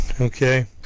okay